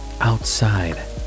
Outside